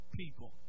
people